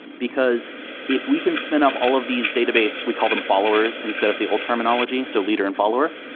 because if we can spend up all of these database we call them followers instead of the old terminology, so leader and follower.